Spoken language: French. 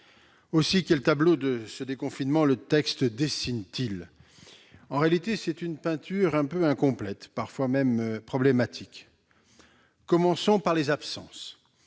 Quel tableau du déconfinement ce texte dessine-t-il ? Une peinture un peu incomplète, parfois même problématique. Commençons par les absences.